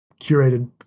curated